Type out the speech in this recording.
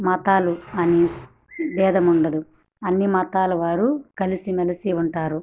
మతాలు అని భేదం ఉండదు అన్ని మతాల వారు కలిసిమెలిసి ఉంటారు